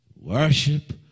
worship